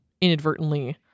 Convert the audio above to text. inadvertently